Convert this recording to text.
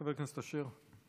חבר הכנסת אשר.